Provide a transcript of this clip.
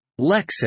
Lexis